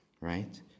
right